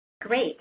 Great